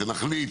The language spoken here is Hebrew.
כשנחליט